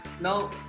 now